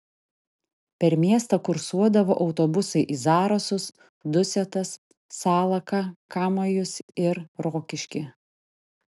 per miestą kursuodavo autobusai į zarasus dusetas salaką kamajus ir rokiškį